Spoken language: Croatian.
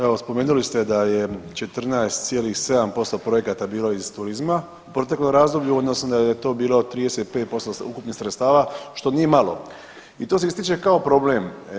Evo, spomenuli ste da je 14,7% projekata bilo iz turizma u proteklom razdoblju, odnosno da je to bilo 35% ukupnih sredstava, što nije malo i to se ističe kao problem.